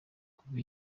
kuva